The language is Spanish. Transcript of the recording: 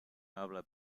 habla